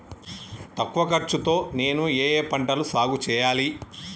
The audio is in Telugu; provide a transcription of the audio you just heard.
తక్కువ ఖర్చు తో నేను ఏ ఏ పంటలు సాగుచేయాలి?